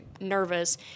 nervous